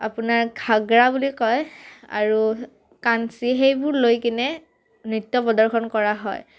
আপোনাৰ ঘাগৰা বুলি কয় আৰু কাঞ্চী সেইবোৰ লৈ কিনে নৃত্য প্ৰদৰ্শন কৰা হয়